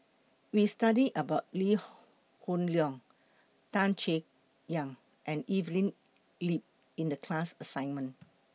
We studied about Lee Hoon Leong Tan Chay Yan and Evelyn Lip in The class assignment